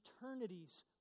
eternities